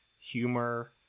humor